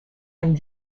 and